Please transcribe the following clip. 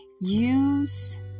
use